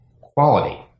quality